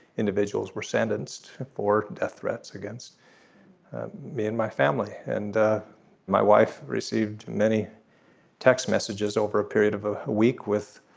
individuals were sentenced for death threats against me and my family and my wife received many text messages over a period of a week with.